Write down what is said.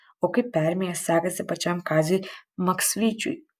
o kaip permėje sekasi pačiam kaziui maksvyčiui